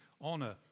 honor